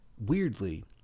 weirdly